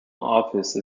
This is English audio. office